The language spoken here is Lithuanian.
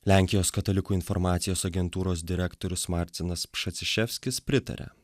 lenkijos katalikų informacijos agentūros direktorius martinas pritaria